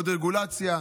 עוד רגולציה.